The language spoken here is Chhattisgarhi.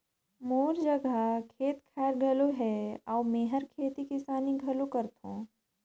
मोर जघा खेत खायर घलो हे अउ मेंहर खेती किसानी घलो करथों